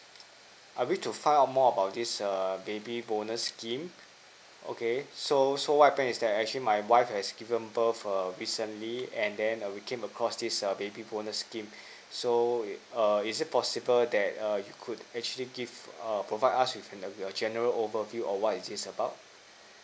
I wish to find out more about this err baby bonus scheme okay so so what happened is that actually my wife has given birth err recently and then err we came across this a baby bonus scheme so err is it possible that err you could actually give err provide us with like a general overview on what is this about